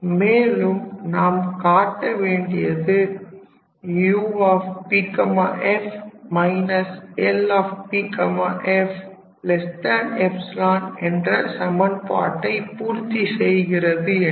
மேலும் நாம் காட்ட வேண்டியது 𝑈𝑃𝑓−𝐿𝑃𝑓 என்ற சமன்பாட்டை பூர்த்தி செய்கிறது என்று